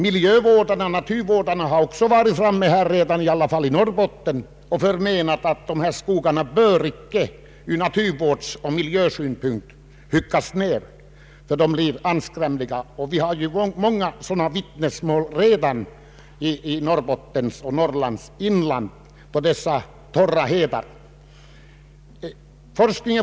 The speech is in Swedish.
Miljövårdarna har också framhållit att dessa skogar inte bör huggas ner, ty då blir områdena anskrämliga. Det finns redan många vittnesmål därom på torra hedar i Norrlands inland. Forskningen fortsätter emellertid.